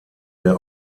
der